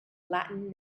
latin